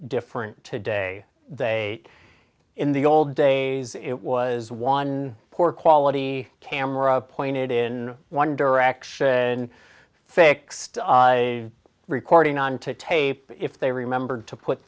different today they in the old days it was one poor quality camera pointed in one direction and fixed a recording on to tape if they remembered to put